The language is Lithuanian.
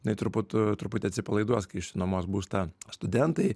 net ir po to t truputį atsipalaiduos kai išsinuomos būstą studentai